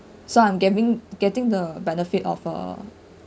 so I'm giving getting the benefit of a